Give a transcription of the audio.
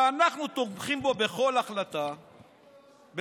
שאנחנו תומכים בו בכל החלטה שלו.